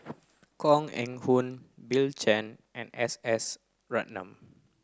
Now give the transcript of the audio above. Koh Eng Hoon Bill Chen and S S Ratnam